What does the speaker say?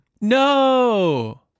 No